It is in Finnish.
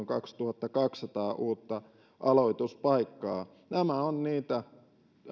kaksituhattakaksisataa uutta aloituspaikkaa nämä ovat niitä